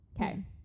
okay